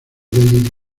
david